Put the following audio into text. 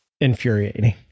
infuriating